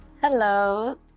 hello